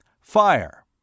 Fire